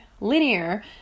linear